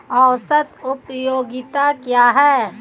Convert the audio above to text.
औसत उपयोगिता क्या है?